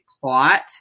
plot